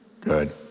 Good